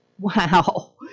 wow